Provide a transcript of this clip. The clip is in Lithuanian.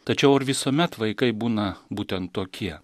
tačiau ar visuomet vaikai būna būtent tokie